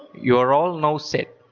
you are all now set.